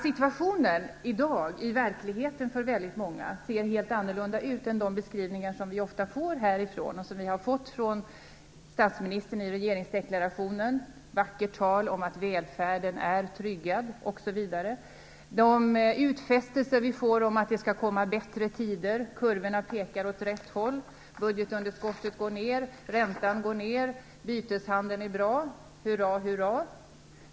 Situationen ser i dag helt annorlunda ut i verkligheten för många än i de beskrivningar som vi ofta får från riksdagens talarstol, t.ex. från statsministern i regeringsdeklarationen. Jag tänker t.ex. på allt vackert tal om att välfärden är tryggad, osv. Vi får utfästelser om att det skall komma bättre tider - kurvorna pekar åt rätt håll, budgetunderskottet går ned, räntan går ned, byteshandeln är bra, hurra, hurra.